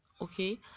okay